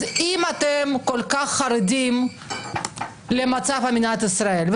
אם אתם כל כך חרדים למצב במדינת ישראל,